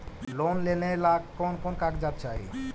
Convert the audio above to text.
Loan लेने ला कोन कोन कागजात चाही?